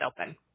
open